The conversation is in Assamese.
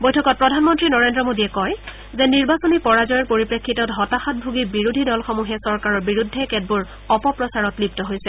বৈঠকত প্ৰধানমন্তী নৰেজ্ৰ মোদীয়ে কয় যে নিৰ্বাচনী পৰাজয়ৰ পৰিপ্ৰেক্ষিতত হতাশাত ভূগী বিৰোধী দলসমূহে চৰকাৰৰ বিৰুদ্ধে কেতবোৰ অপপ্ৰচাৰত লিপ্ত হৈছে